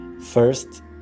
First